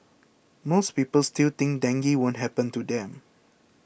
most people still think dengue won't happen to them